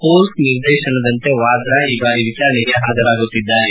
court ನಿರ್ದೇಶನದಂತೆ ವಾದ್ರಾ ಈ ಬಾರಿ ವಿಚಾರಣೆಗೆ ಹಾಜರಾಗುತ್ತಿದ್ದಾರೆ